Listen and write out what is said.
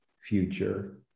future